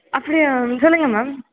அப்படியா மேம் சொல்லுங்கள் மேம்